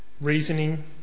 reasoning